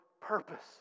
purpose